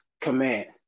command